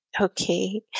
Okay